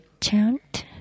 chant